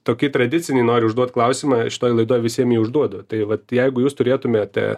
tokį tradicinį noriu užduot klausimą šitoj laidoj visiem jį užduodu tai vat jeigu jūs turėtumėte